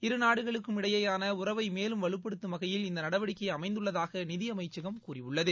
இருநாடுகளுக்கும் இடையேயான உறவை மேலும் வலுப்படுத்தும் வகையில் இந்த நடவடிக்கை அமைந்துள்ளதாக நிதி அமைச்சகம் கூறியுள்ளது